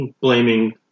blaming